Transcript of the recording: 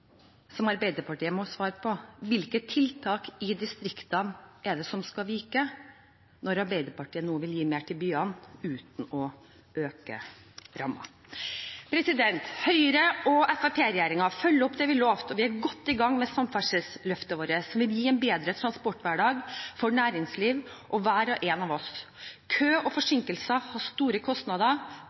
som Arbeiderpartiet må svare på, er likevel: Hvilke tiltak i distriktene er det som skal vike når Arbeiderpartiet nå vil gi mer til byene uten å øke rammen? Høyre–Fremskrittsparti-regjeringen følger opp det vi lovte, og vi er godt i gang med samferdselsløftet vårt. Det vil gi en bedre transporthverdag for næringsliv og for hver og en av oss. Kø og forsinkelser har store kostnader,